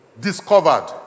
discovered